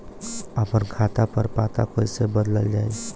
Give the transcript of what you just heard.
आपन खाता पर पता कईसे बदलल जाई?